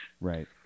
Right